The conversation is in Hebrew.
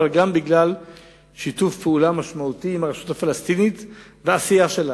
אבל גם בגלל שיתוף פעולה משמעותי עם הרשות הפלסטינית והעשייה שלה.